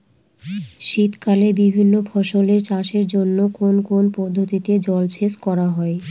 শীতকালে বিভিন্ন ফসলের চাষের জন্য কোন কোন পদ্ধতিতে জলসেচ করা হয়?